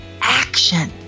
action